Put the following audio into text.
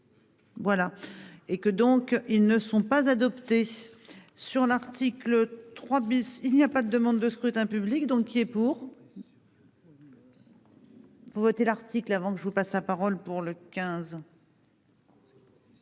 Voilà et que donc ils ne sont pas adoptés. Sur l'article 3 bis. Il n'y a pas de demande de scrutin public donc il est pour. Vous votez l'article avant que je vous passe la parole pour le 15.